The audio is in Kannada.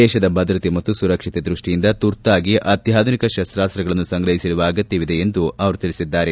ದೇಶದ ಭದ್ರತೆ ಮತ್ತು ಸುರಕ್ಷತಾ ದೃಷ್ಟಿಯಿಂದ ತುರ್ತಾಗಿ ಅತ್ಯಾಧುನಿಕ ಶಸ್ತಾಸ್ತಗಳನ್ನು ಸಂಗ್ರಹಿಸಿಡುವ ಅಗತ್ತವಿದೆ ಎಂದು ತಿಳಿಸಿದ್ದಾರೆ